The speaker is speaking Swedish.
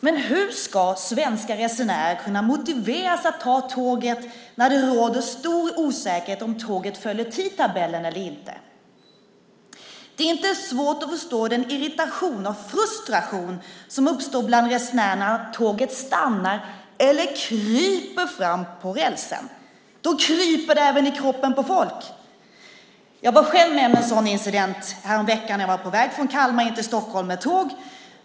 Men hur ska svenska resenärer kunna motiveras att ta tåget när det råder stor osäkerhet om tåget följer tidtabellen eller inte? Det är inte svårt att förstå den irritation och frustration som uppstår bland resenärerna när tåget stannar eller kryper fram på rälsen. Då kryper det även i kroppen på folk. Jag var själv med om en sådan incident häromveckan när jag var på väg från Kalmar in till Stockholm med tåg.